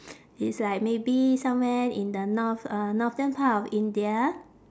it's like maybe somewhere in the north uh northern part of india